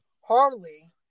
Harley